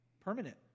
Permanent